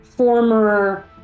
Former